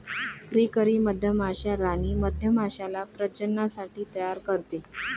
फ्रीकरी मधमाश्या राणी मधमाश्याला प्रजननासाठी तयार करते